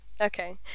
Okay